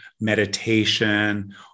meditation